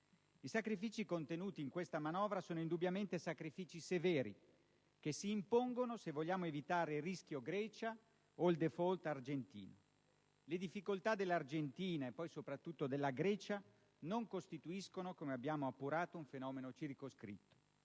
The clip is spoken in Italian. Quelli contenuti in questa manovra sono indubbiamente sacrifici severi, che si impongono se vogliamo evitare il rischio Grecia o il *default* argentino. Le difficoltà dell'Argentina, e poi, soprattutto, della Grecia non costituiscono, come abbiamo appurato, un fenomeno circoscritto.